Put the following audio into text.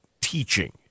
teaching